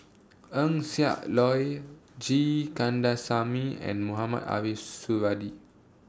Eng Siak Loy G Kandasamy and Mohamed Ariff Suradi